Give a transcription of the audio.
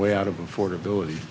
way out of affordability